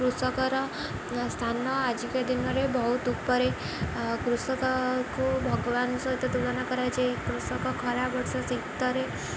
କୃଷକର ସ୍ଥାନ ଆଜିକା ଦିନରେ ବହୁତ ଉପରେ କୃଷକକୁ ଭଗବାନଙ୍କ ସହିତ ତୁଳନା କରାଯାଇ କୃଷକ ଖରା ବର୍ଷା ଶୀତରେ